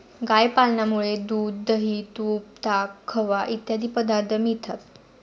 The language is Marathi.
गाय पालनामुळे दूध, दही, तूप, ताक, खवा इत्यादी पदार्थ मिळतात